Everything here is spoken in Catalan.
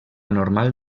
normal